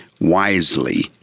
wisely